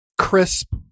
crisp